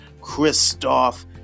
Christoph